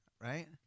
right